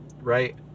right